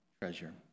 treasure